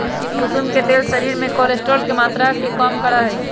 कुसुम के तेल शरीर में कोलेस्ट्रोल के मात्रा के कम करा हई